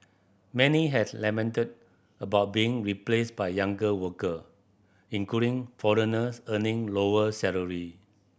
many has lamented about being replaced by younger worker including foreigners earning lower salary